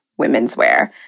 womenswear